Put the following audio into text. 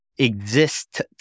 exist